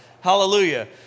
Hallelujah